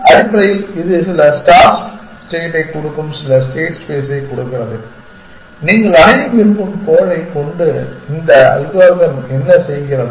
அடிப்படையில் இது சில ஸ்டார்ட் ஸ்டேட்டைக் கொடுக்கும் சில ஸ்டேட் ஸ்பேஸைக் கொடுக்கிறது நீங்கள் அடைய விரும்பும் கோலைக் கொண்டு இந்த அல்காரிதம் என்ன செய்கிறது